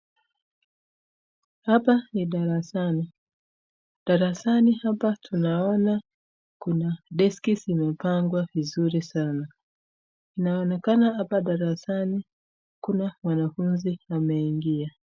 Hapa ni darasani. Darasani hapa tunaona kuna deski zimepangwa vizuri sana. Inaonekana hapa darasani hakuna wanafunzi wameingia.